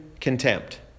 contempt